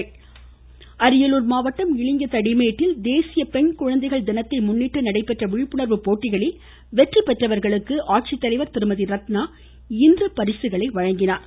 அரியலூர் அரியலூர் மாவட்டம் இலிங்க தடிமேடில் தேசிய பெண் குழந்தைகள் தினத்தை முன்னிட்டு நடைபெற்ற விழிப்புணர்வு போட்டிகளில் வெற்றிபெற்றவர்களுக்கு அட்சித்தலைவர் திருமதி ரத்னா இன்று பரிசுகளை வழங்கினார்